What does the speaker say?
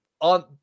on